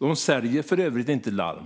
Larmtjänsts hemsida. De säljer för övrigt inte larm.